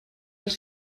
els